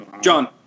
John